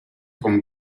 con